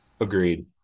Agreed